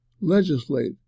legislate